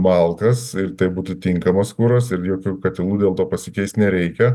malkas ir tai būtų tinkamas kuras ir jokių katilų dėl to pasikeist nereikia